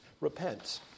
repent